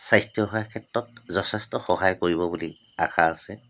স্বাস্থ্য সেৱাৰ ক্ষেত্ৰত যথেষ্ট সহায় কৰিব বুলি আশা আছে